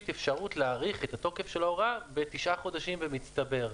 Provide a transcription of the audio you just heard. אפשרות להאריך את התוקף של ההוראה בתשעה חודשים במצטבר.